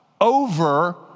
over